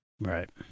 Right